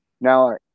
Now